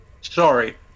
sorry